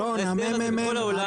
ההסדר הזה בכל העולם.